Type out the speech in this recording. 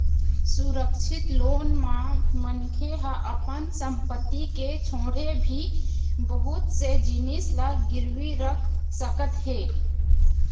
सुरक्छित लोन म मनखे ह अपन संपत्ति के छोड़े भी बहुत से जिनिस ल गिरवी राख सकत हे